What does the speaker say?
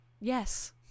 Yes